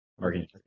Marketing